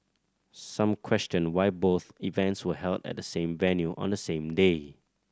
some questioned why both events were held at the same venue on the same day